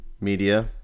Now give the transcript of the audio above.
media